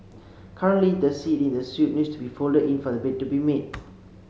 currently the seat in the suite needs to be folded in for the bed to be made